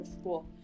school